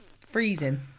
freezing